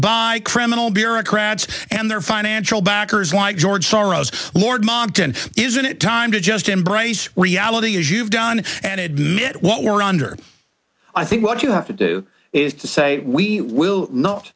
by criminal bureaucrats and their financial backers like george soros lord monckton isn't it time to just embrace reality as you've done and admit what we're under i think what you have to do is to say we will not